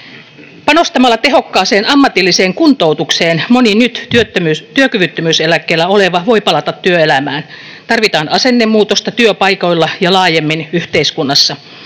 Panostamalla tehokkaaseen ammatilliseen kuntoutukseen moni nyt työkyvyttömyyseläkkeellä oleva voi palata työelämään. Tarvitaan asennemuutosta työpaikoilla ja laajemmin yhteiskunnassa.